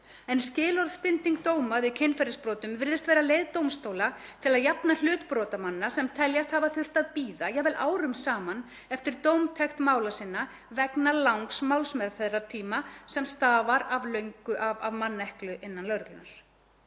en skilorðsbinding dóma við kynferðisbrotum virðist vera leið dómstóla til að jafna hlut brotamanna sem teljast hafa þurft að bíða jafnvel árum saman eftir dómtekt mála sinna vegna langs málsmeðferðartíma sem stafar af manneklu innan lögreglunnar.